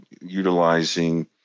utilizing